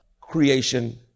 creation